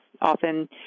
Often